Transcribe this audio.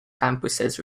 campuses